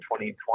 2020